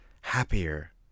happier